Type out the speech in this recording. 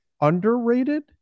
underrated